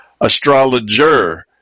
astrologer